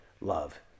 love